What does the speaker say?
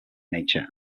nature